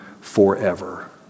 forever